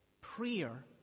prayer